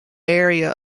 area